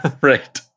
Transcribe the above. Right